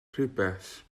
rhywbeth